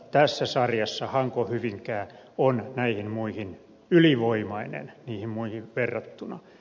tässä sarjassa hankohyvinkää on ylivoimainen niihin muihin verrattuna